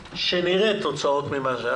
שנראה תוצאות.